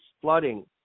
flooding